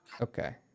Okay